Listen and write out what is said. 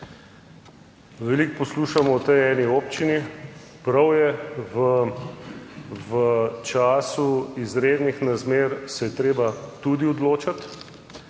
Veliko poslušamo o tej eni občini. Prav je, v času izrednih razmer se je treba tudi odločati,